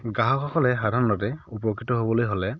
গ্ৰাহকসকলে সাধাৰণতে উপকৃত হ'বলৈ হ'লে